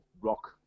rock